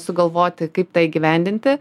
sugalvoti kaip tą įgyvendinti